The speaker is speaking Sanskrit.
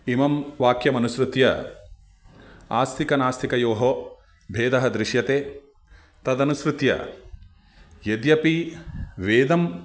इमं वाक्यमनुसृत्य आस्तिकनास्तिकयोः भेदः दृश्यते तदनुसृत्य यद्यपि वेदम्